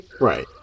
right